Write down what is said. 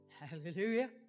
hallelujah